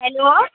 hello